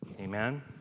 amen